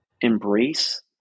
embrace